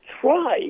try